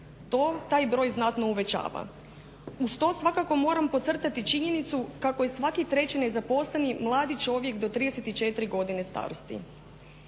Taj broj znatno uvećava. Uz to svakako moramo podcrtati činjenicu kako je svaki treći nezaposleni mladi čovjek do 34 godine starosti.